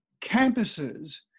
campuses